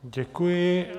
Děkuji.